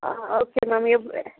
ஆ okay ma'am எவ்